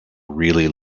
really